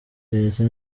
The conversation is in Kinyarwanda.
leta